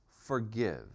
forgive